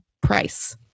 price